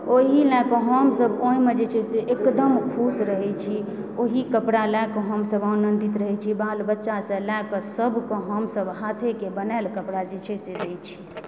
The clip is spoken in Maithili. ओहि लए कऽ हमसब गाँवमे जे छै से एकदम खुश रहैत छी ओहि कपड़ा लए कऽ हमसब आनंदित रहय छी बाल बच्चासँ लए कऽ सबके हमसब हाथेके बनाएल कपड़ा जे छै से दए छी